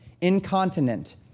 Incontinent